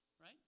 Right